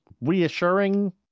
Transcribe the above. reassuring